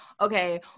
Okay